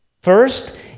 First